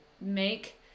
make